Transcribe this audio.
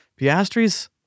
Piastri's